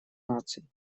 наций